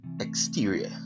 exterior